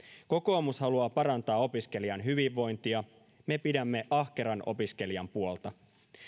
kokoomus haluaa parantaa opiskelijan hyvinvointia me pidämme ahkeran opiskelijan puolta